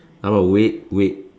hello wait wait